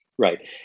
Right